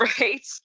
Right